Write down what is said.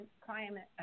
climate